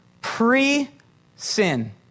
pre-sin